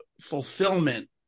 fulfillment